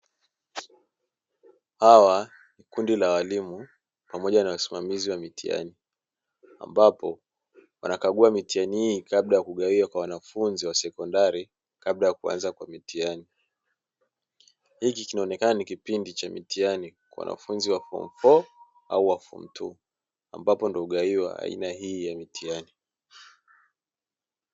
Hawa kundi la walimu pamoja na wasimamizi wa mitihani, ambapo wanakagua mitihani hii kabla ya kugawiwa kwa wanafunzi wa sekondari kabla ya kuanza kwa mitihani. Hiki kinaonekana ni kipindi cha mitihani kwa wanafunzi wa "form four" au wa "form two", ambapo hugawiwa aina hii ya mitihani.